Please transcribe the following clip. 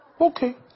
Okay